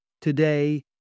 Today